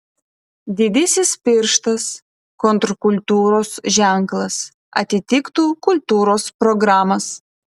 didysis pirštas kontrkultūros ženklas atitiktų kultūros programas